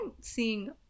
seeing